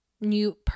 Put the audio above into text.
new